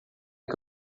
que